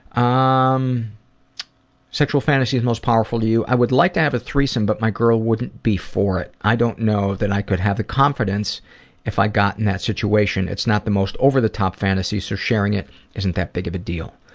um sexual fantasies most powerful to you i would like to have a threesome, but my girl wouldn't be for it. i don't know that i could have the confidence if i got in that situation. it's not the most over-the-top fantasy so sharing it isn't that big of a deal.